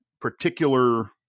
particular